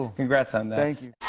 congrats on that. thank you.